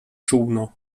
czółno